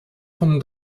von